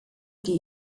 die